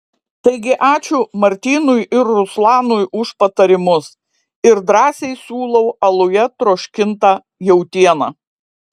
taigi ačiū martynui ir ruslanui už patarimus ir drąsiai siūlau aluje troškintą jautieną